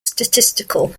statistical